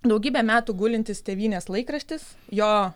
daugybę metų gulintis tėvynės laikraštis jo